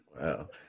Wow